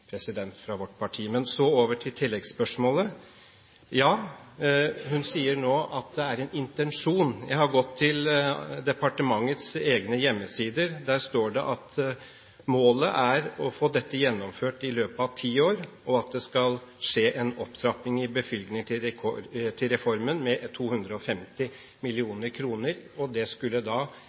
fra vårt parti. Så over til tilleggsspørsmålet. Ja, hun sier nå at det er en intensjon. Jeg har gått til departementets egne hjemmesider. Der står det at målet er å få dette gjennomført i løpet av ti år, og at det skal skje en opptrapping i bevilgninger til reformen med 250 mill. kr. Det skulle